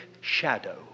shadow